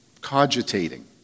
cogitating